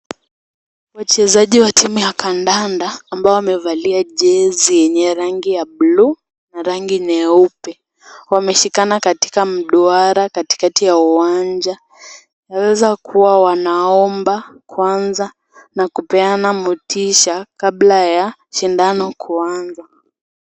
Wachezaji wa timu ya kandanda ambao wamevalia jezi yenye rangi ya bluu na rangi nyeupe. Wameshikana katika mduara katikati ya uwanja , wanaeza kuwa wanaomba kwanza na kupeana motisha kabla ya shindano kuanza.